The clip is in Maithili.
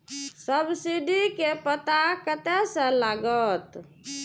सब्सीडी के पता कतय से लागत?